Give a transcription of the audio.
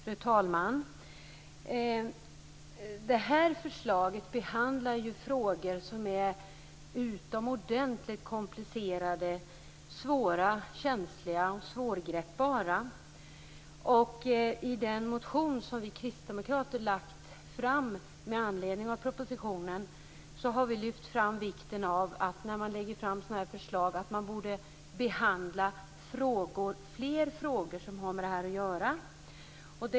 Fru talman! I förslaget behandlas frågor som är utomordentligt komplicerade, svåra, känsliga och svårgreppbara. I den motion som vi kristdemokrater lagt fram med anledning av propositionen har vi lyft fram vikten av att man, när man lägger fram sådana här förslag, behandlar fler frågor som har med det att göra.